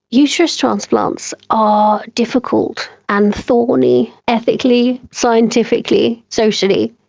uterus transplants are difficult and thorny ethically, scientifically, socially.